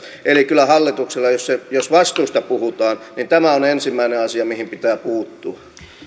eli kyllä hallituksella jos vastuusta puhutaan tämä on ensimmäinen asia mihin pitää puuttua